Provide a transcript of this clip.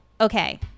okay